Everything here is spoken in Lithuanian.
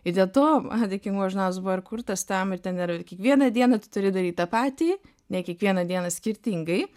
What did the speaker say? ir dėl to mano dėkingumo žurnalas buvo ir kurtas tam ir ten yra ir kiekvieną dieną tu turi daryt tą patį ne kiekvieną dieną skirtingai